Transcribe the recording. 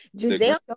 Giselle